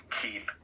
keep